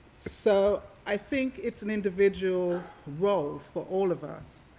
so i think it's an individual road for all of us.